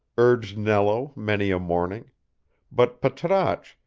urged nello many a morning but patrasche,